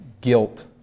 guilt